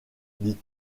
dit